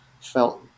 felt